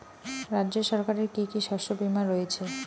রাজ্য সরকারের কি কি শস্য বিমা রয়েছে?